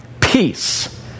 peace